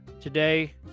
today